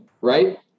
Right